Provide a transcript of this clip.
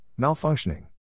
malfunctioning